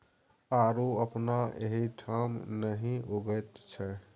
आड़ू अपना एहिठाम नहि उगैत छै